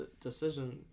decision